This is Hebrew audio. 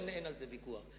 אין על זה ויכוח,